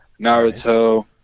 Naruto